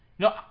No